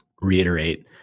reiterate